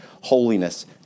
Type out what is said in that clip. holiness